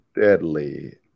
deadly